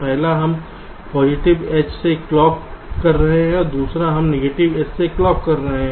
पहला हम positive edge से क्लॉक कर रहे हैं और दूसरा हम नेगेटिव एज से क्लॉक कर रहे हैं